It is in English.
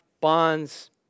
bonds